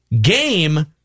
game